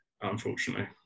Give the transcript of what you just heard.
unfortunately